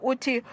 Uti